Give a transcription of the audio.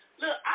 Look